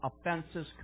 offenses